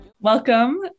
Welcome